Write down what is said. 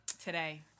Today